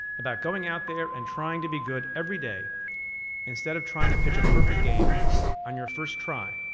about going out there and trying to be good every day instead of trying to pitch a perfect game on your first try.